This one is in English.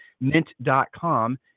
mint.com